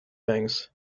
things